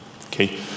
okay